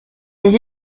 des